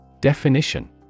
Definition